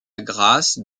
grâce